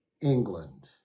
England